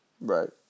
Right